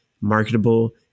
marketable